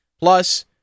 Plus